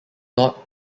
knot